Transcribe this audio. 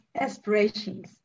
aspirations